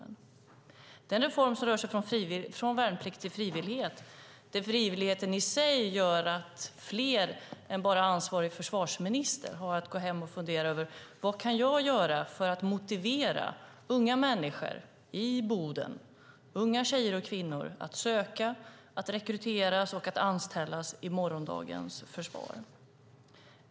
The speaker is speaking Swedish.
Det är en reform som rör sig från värnplikt till frivillighet där frivilligheten i sig gör att fler än bara ansvarig försvarsminister har att gå hem och fundera över vad man kan göra för att motivera unga människor i Boden, unga tjejer och kvinnor, att söka till och bli rekryterade och anställda i morgondagens försvar.